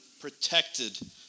protected